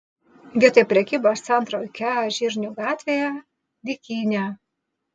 vietoj prekybos centro ikea žirnių gatvėje dykynė